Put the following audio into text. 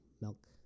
Milk